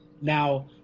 Now